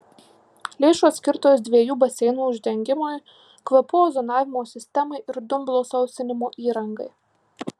lėšos skirtos dviejų baseinų uždengimui kvapų ozonavimo sistemai ir dumblo sausinimo įrangai